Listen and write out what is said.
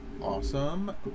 Awesome